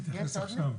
תתייחס עכשיו.